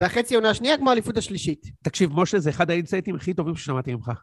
וחצי עונה השנייה כמו האליפות השלישית. תקשיב, משה, זה אחד האינסייטים הכי טובים ששמעתי ממך.